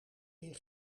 meer